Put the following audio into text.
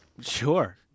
Sure